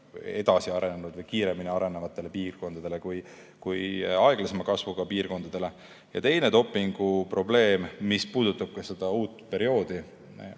edasi arenenud või kiiremini arenevatele piirkondadele, mitte aga aeglasema kasvuga piirkondadele. Ja teine dopingu probleem, mis puudutab ka seda uut perioodi,